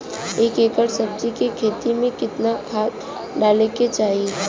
एक एकड़ सब्जी के खेती में कितना खाद डाले के चाही?